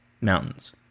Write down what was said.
mountains